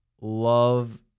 love